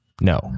no